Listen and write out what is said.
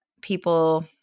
people